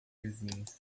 vizinhos